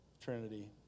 Trinity